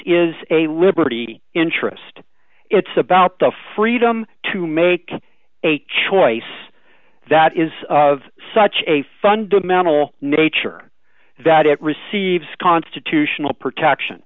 is a liberty interest it's about the freedom to make a choice that is of such a fundamental nature that it receives constitutional protection